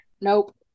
nope